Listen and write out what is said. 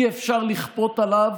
אי-אפשר לכפות עליו